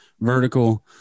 vertical